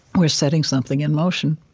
we're setting something in motion